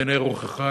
בעיני רוחך,